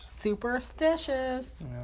Superstitious